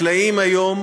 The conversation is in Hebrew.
חקלאים היום